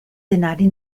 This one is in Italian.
denari